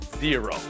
Zero